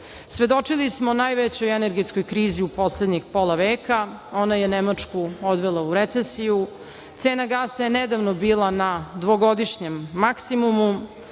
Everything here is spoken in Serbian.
sigurnost. Svedočili smo najvećoj energetskoj krizi u poslednjih pola veka. Ona je Nemačku odvela u recesiju. Cena gasa je nedavno bila na dvogodišnjem maksimumu,